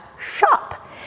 shop